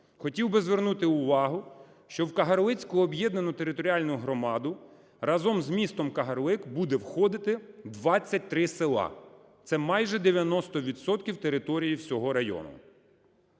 Хотів би звернути увагу, що в Кагарлицьку об'єднану територіальну громаду разом з містом Кагарлик буде входити 23 села. Це майже 90 відсотків територій всього району.